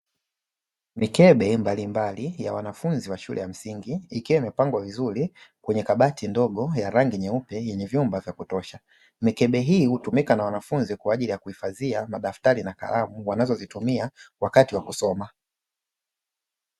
Mikebe mbalimbali ya wanafunzi wa shule ya msingi ikiwa imepengwa vizuri kwenye kabati ndogo ya rangi nyeupe yenye vyumba vya kutosha, mikebe hii hutumika na wanafunzi kwaajili ya kuhifadhia madaftali na karamu wanazozitumia wakati wa kusoma.